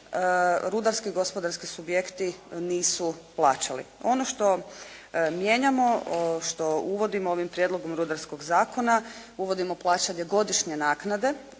rudarski gospodarski subjekti nisu plaćali. Ono što mijenjamo, što uvodimo ovim Prijedlogom rudarskog zakona uvodimo plaćanje godišnje naknade